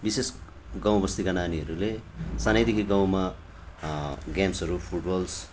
विशेष गाउँ बस्तीका नानीहरूले सानैदेखि गाउँमा गेम्सहरू फुटबल्स